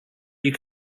you